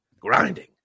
grinding